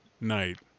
night